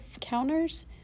counters